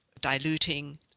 diluting